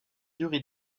durée